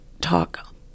talk